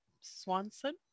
Swanson